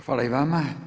Hvala i vama.